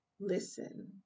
listen